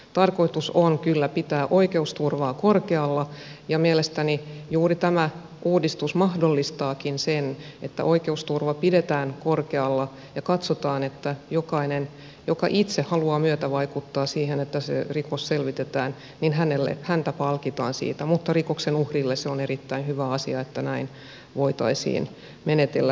tarkoitus on kyllä pitää oikeusturvaa korkealla ja mielestäni juuri tämä uudistus mahdollistaakin sen että oikeusturva pidetään korkealla ja katsotaan että jokaista joka itse haluaa myötävaikuttaa siihen että se rikos selvitetään palkitaan siitä ja rikoksen uhrille se on erittäin hyvä asia että näin voitaisiin menetellä tulevaisuudessa